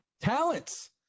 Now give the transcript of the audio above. Talents